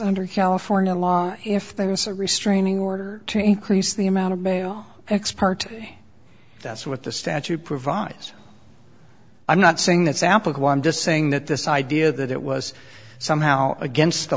under california law if there was a restraining order to increase the amount of mayo ex parte that's what the statute provides i'm not saying that's applicable i'm just saying that this idea that it was somehow against the